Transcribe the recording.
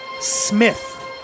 Smith